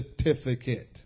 certificate